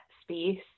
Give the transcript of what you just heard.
space